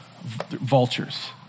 Vultures